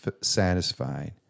satisfied